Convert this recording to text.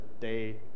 day